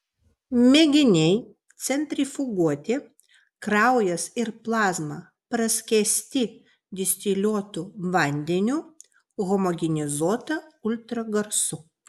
mėginiai centrifuguoti kraujas ir plazma praskiesti distiliuotu vandeniu homogenizuota ultragarsu